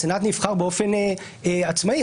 הסנאט נבחר באופן עצמאי.